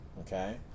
Okay